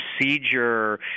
procedure